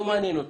לא מעניין אותי,